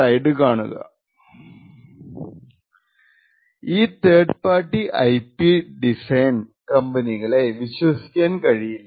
slide കാണുക സമയം 441 ഈ തേർഡ് പാർട്ടി ഐപി ഡിസൈൻ കമ്പനികളെ വിശ്വസിക്കാൻ കഴിയില്ല